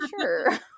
sure